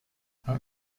how